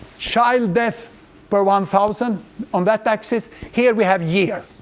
child death per one thousand on that axis. here we have year.